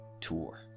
tour